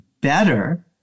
better